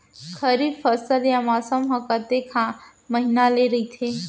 खरीफ फसल या मौसम हा कतेक महिना ले रहिथे?